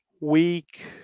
week